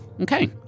Okay